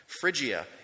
Phrygia